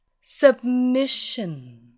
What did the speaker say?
Submission